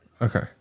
okay